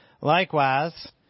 Likewise